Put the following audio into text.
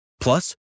Plus